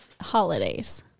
holidays